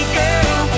girl